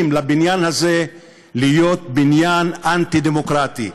לבניין הזה להיות בניין אנטי-דמוקרטי.